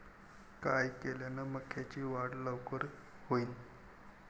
काय केल्यान मक्याची वाढ लवकर होईन?